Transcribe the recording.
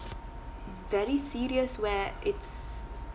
very serious where it's